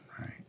right